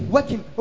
Working